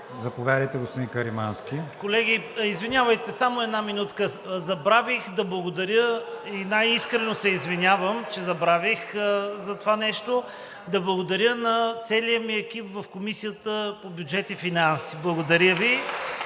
Каримански. ЛЮБОМИР КАРИМАНСКИ (ИТН): Извинявайте, само една минутка. Забравих да благодаря и най-искрено се извинявам, че забравих за това нещо – благодаря на целия ми екип в Комисията по бюджет и финанси. Благодаря Ви.